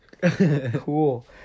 cool